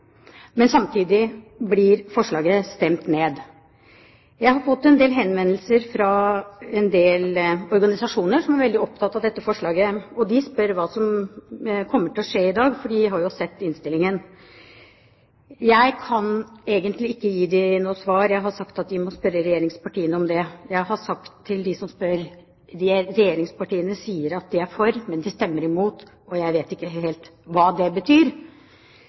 men samtidig blir forslaget stemt ned. Jeg har fått en del henvendelser fra en del organisasjoner som er veldig opptatt av dette forslaget. De spør hva som kommer til å skje i dag, for de har jo sett innstillingen. Jeg kan egentlig ikke gi dem noe svar. Jeg har sagt at de må spørre regjeringspartiene om det. Jeg har sagt til dem som spør: Regjeringspartiene sier at de er for, men de stemmer imot, og jeg vet ikke helt hva det betyr.